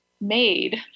made